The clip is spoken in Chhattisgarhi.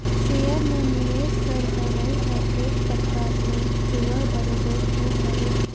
सेयर में निवेस कर करई हर एक परकार ले जुआ बरोबेर तो हवे